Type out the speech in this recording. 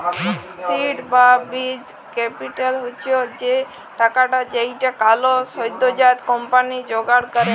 seed বা বীজ capital হচ্ছ সে টাকাটা যেইটা কোলো সদ্যজাত কম্পানি জোগাড় করেক